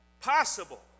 possible